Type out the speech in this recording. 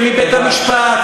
ומבית-המשפט,